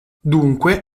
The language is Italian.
dunque